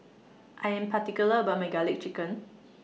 I Am particular about My Garlic Chicken